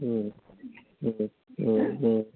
औ औ